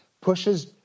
pushes